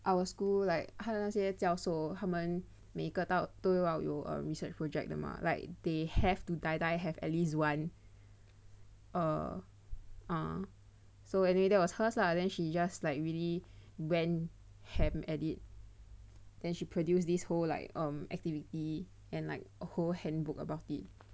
our school like 看那些教授他们每个都要有 research project 的 mah like they have to die die have at least one err so anyway that was hers lah then she just like really went ham at it then she produce this whole like um activity and like a whole handbook about it